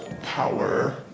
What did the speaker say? power